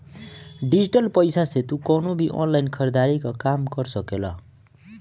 digital पईसा से तू कवनो भी ऑनलाइन खरीदारी कअ काम कर सकेला